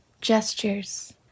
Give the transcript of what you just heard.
gestures